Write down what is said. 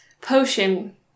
potion